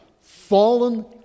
fallen